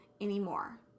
anymore